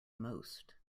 most